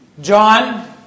John